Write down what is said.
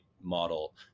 model